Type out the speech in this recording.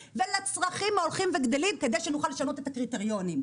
ולצרכים ההולכים וגדלים כדי שנוכל לשנות את הקריטריונים.